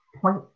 point